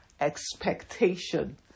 expectation